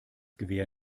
gewehr